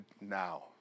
now